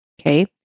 okay